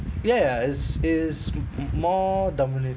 ya ya is is m~ more dominant